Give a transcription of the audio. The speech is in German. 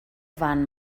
waren